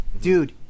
Dude